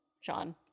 Sean